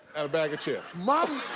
a bag of chips. like